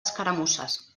escaramusses